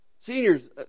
Seniors